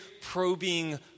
probing